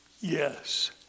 Yes